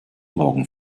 morgen